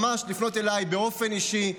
ממש לפנות אליי באופן אישי.